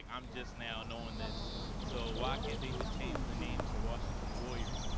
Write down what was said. i'm just now knowing this so why can't they just change the name to washington warriors.